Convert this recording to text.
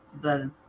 the-